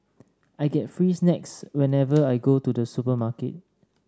I get free snacks whenever I go to the supermarket